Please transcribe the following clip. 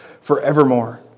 forevermore